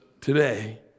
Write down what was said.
today